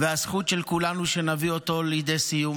והזכות של כולנו, שנביא אותו לידי סיום.